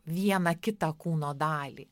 vieną kitą kūno dalį